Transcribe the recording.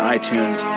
iTunes